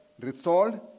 resolved